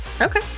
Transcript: Okay